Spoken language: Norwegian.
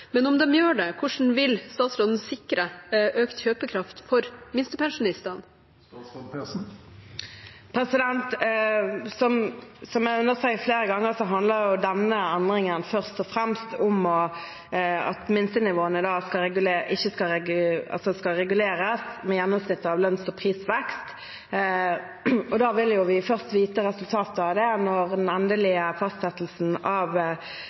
Men om de gjør det, hvordan vil statsråden sikre økt kjøpekraft for minstepensjonistene? Som jeg har understreket flere ganger, handler denne endringen først og fremst om at minstenivåene skal reguleres med gjennomsnittet av lønns- og prisvekst, og da vil vi først vite resultatet av det når den endelige fastsettelsen av